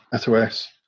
SOS